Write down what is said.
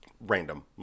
random